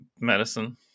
medicine